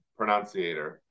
pronunciator